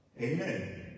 Amen